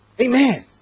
Amen